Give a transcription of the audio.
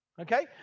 Okay